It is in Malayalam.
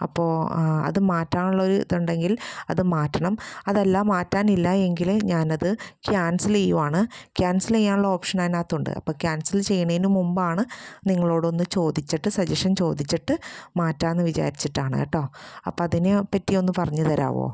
അപ്പോൾ അത് മാറ്റാനുള്ളൊര് ഇതുണ്ടെങ്കിൽ അത് മാറ്റണം അതല്ല മാറ്റാനില്ലായെങ്കില് ഞാനത് ക്യാൻസൽ ചെയ്യുവാണ് ക്യാൻസൽ ചെയ്യുവാനുള്ള ഓപ്ഷൻ അതിനകത്തുണ്ട് അപ്പോൾ ക്യാൻസൽ ചെയ്യുന്നതിന് മുമ്പാണ് നിങ്ങളോടൊന്ന് ചോദിച്ചിട്ട് സജഷൻ ചോദിച്ചിട്ട് മാറ്റാമെന്ന് വിചാരിച്ചിട്ടാണ് കെട്ടോ അപ്പോൾ അതിനേ പറ്റിയൊന്ന് പറഞ്ഞ് തരാമോ